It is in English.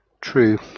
true